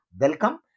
welcome